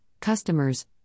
customers